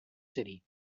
city